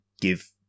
give